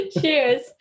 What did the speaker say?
Cheers